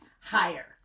higher